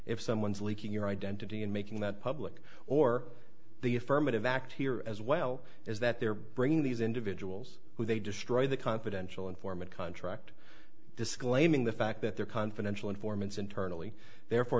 if someone's leaking your identity and making that public or the affirmative act here as well as that they're bringing these individuals who they destroy the confidential informant contract disclaiming the fact that they're confidential informants internally therefore